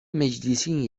meclisin